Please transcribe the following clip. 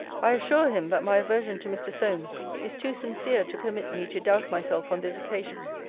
i assure him, that my aversion to mr. solmes is too sincere to permit me to doubt myself on this occasion.